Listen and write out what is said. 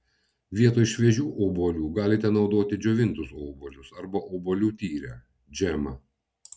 vietoj šviežių obuolių galite naudoti džiovintus obuolius arba obuolių tyrę džemą